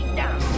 down